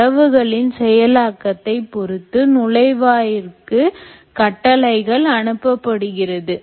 தரவுகளின் செயலாக்கத்தை பொறுத்து நுழைவாயில்விற்கு கட்டளைகள் அனுப்பப்படுகிறது